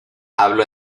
hablo